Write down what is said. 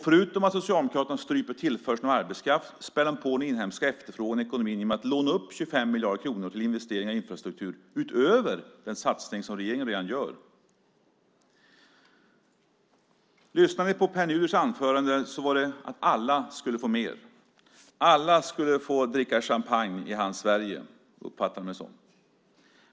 Förutom att Socialdemokraterna stryper tillförseln av arbetskraft späder de på den inhemska efterfrågan i ekonomin genom att låna upp 25 miljarder kronor till investeringar i infrastruktur, utöver den satsning regeringen gör. De som lyssnade på Pär Nuders anförande hörde att alla skulle få mer. Alla skulle få dricka champagne i hans Sverige, uppfattade man det som.